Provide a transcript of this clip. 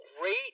great